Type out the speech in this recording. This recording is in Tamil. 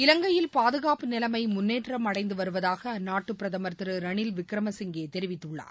இலங்கையில் பாதுகாப்பு நிலைமை முன்னேற்றம் அடைந்து வருவதாக அந்நாட்டு பிரதமர் திரு ரளில் விக்ரமசிங்கே தெரிவித்துள்ளார்